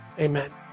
amen